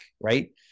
right